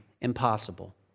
impossible